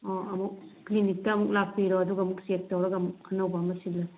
ꯑꯣ ꯑꯃꯨꯛ ꯀ꯭ꯂꯤꯅꯤꯛꯇ ꯑꯃꯨꯛ ꯂꯥꯛꯄꯤꯔꯣ ꯑꯗꯨꯒ ꯑꯃꯨꯛ ꯆꯦꯛ ꯇꯧꯔꯒ ꯑꯃꯨꯛ ꯑꯅꯧꯕ ꯑꯃ ꯁꯤꯜꯂꯁꯦ